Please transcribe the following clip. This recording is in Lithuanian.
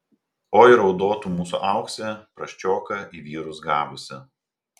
oi raudotų mūsų auksė prasčioką į vyrus gavusi